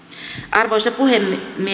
arvoisa puhemies